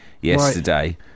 yesterday